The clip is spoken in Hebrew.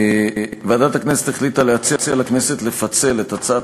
ועדת הכנסת החליטה להציע לכנסת לפצל את הצעת